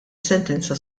sentenza